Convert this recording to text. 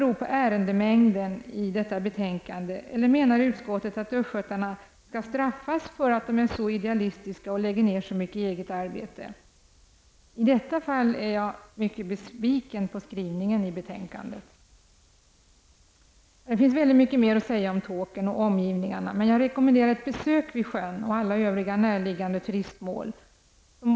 Beror det på ärendemängden i detta betänkande eller menar utskottsmajoriteten att östgötarna skall straffas för att de är så idealistiska och lägger ned så mycket eget arbete? I detta fall är jag mycket besviken på skrivningen i betänkandet. Det finns mycket mer att säga om Tåkern och omgivningarna, men jag rekommenderar ett besök vid sjön och alla övriga närliggande turistmål.